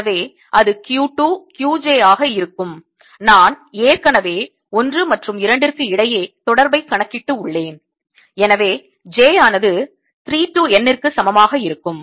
எனவே அது Q 2 Q jஆக இருக்கும் நான் ஏற்கனவே 1 மற்றும் 2 ற்கு இடையே தொடர்பை கணக்கிட்டு உள்ளேன் எனவே j ஆனது 3 to N ற்கு சமமாக இருக்கும்